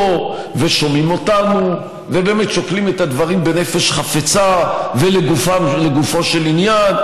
ושומעים אותנו ובאמת שוקלים את הדברים בנפש חפצה ולגופו של עניין,